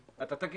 אתה אומר